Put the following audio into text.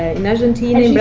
ah in argentina